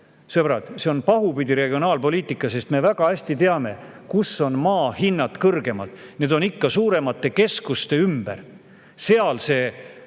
Sõbrad, see on pahupidi regionaalpoliitika! Me väga hästi teame, kus on maa hinnad kõrgemad: need on ikka suuremate keskuste ümber ja seal